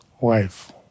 wife